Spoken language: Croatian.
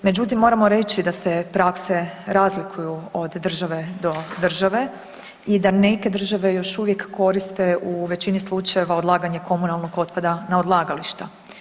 Međutim, moramo reći da se prakse razlikuju od države do države i da neke države još uvijek koriste u većini slučajeva odlaganje komunalnog otpada na odlagališta.